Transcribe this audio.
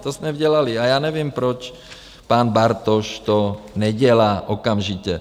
To jsme dělali a já nevím, proč pan Bartoš to nedělá okamžitě.